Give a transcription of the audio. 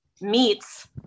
meets